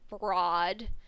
broad